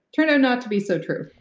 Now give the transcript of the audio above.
turned out not to be so true.